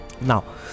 now